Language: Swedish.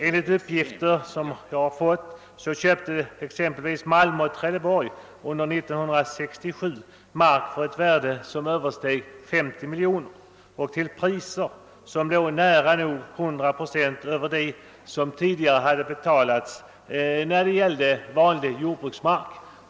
Enligt uppgifter som jag erhållit köpte exempelvis Malmö och Trelleborg under 1967 mark för ett värde som översteg 50 miljoner kronor och till priser som låg nära 100 procent över dem som tidigare hade betalats för vanlig jordbruksmark.